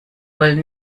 wollen